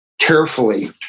carefully